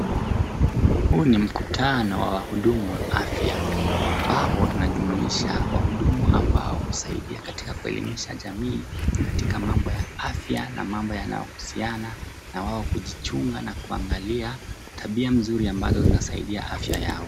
Huu ni mkutano wa wahudumu wa afya ambapo inajumuisha wahudumu ambao husaidia katika kuelimisha jamii katika mambo ya afya na mambo yanayohusiana na wao kujichunga na kuangalia tabia mzuri ambazo zinasaidia afya yao.